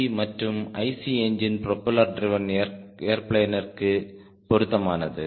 C மற்றும் IC engine propeller driven ஏர்பிளேனிற்கு பொருத்தமானது